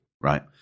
right